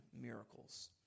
miracles